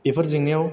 बेफोर जेंनायाव